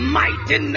mighty